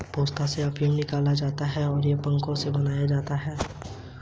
हवा या पंखों के फड़फड़ाने की मदद से विनोइंग किया जाता है